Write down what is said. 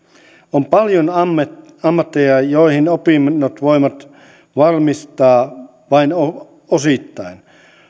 on paljon ammatteja joihin opinnot voivat valmistaa vain osittain